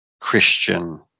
Christian